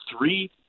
three